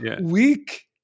weak